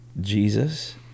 jesus